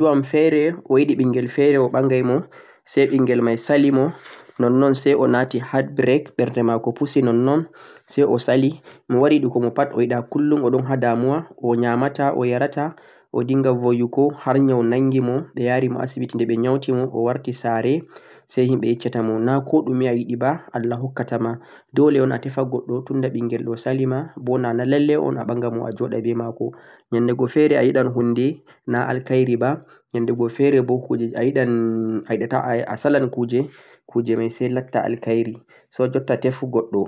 woodi keddu am feere, o yiɗi ɓinngel feere, o yiɗi ɓinngel feere o ɓangay mo, say binngel may sali mo, nonnon say o naati heartbrake ɓernde maako pusi nonnon, say o sali, mo wari yiɗugo mo pat o yiɗa, 'kullum' o ɗon ha damuwa, o nyaamata, o yarata, o dinnga boyugo, har nyawu nanngi mo ɓe ya'ri mo asibiti, nde ɓe nyawuti mo o warti saare, say himɓe yecca ta mo na koɗume a yiɗi ba Allah hokka tama, Doole un a tefa goɗɗo, tunda ɓinngel ɗo sali ma, bo nana lallay a ɓanga mo a joɗa be maako, nyannde go feere a yiɗan huunde na alkhayri ba, nyannde go feere bo kuujeeeji a a salan kujee, kujee may say latta alkhayri, so jotta tefu goɗɗo.